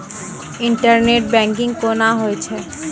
Internet banking कोना होय छै?